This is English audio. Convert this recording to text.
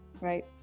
right